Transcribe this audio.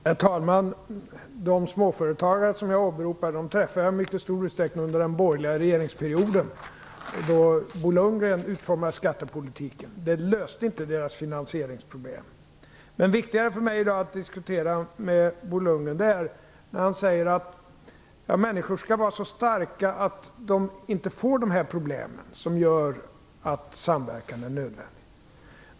Herr talman! De småföretagare som jag åberopar träffade jag i mycket stor utsträckning under den borgerliga regeringsperioden, då Bo Lundgren utformade skattepolitiken. Den löste inte deras finansieringsproblem. Men viktigare ändå är i dag en annan diskussion med Bo Lundgren. Han säger att människor skall vara så starka att de inte får de problem som gör att samverkan är nödvändig.